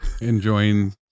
enjoying